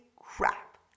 crap